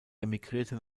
emigrierte